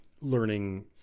learning